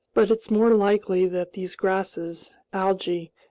but it's more likely that these grasses, algae,